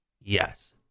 Yes